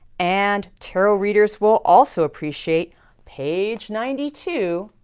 and tarot readers will also appreciate page ninety two,